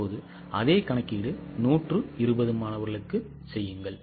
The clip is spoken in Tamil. இப்போது அதே கணக்கீடு 120 மாணவர்களுக்கு செய்யுங்கள்